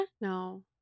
No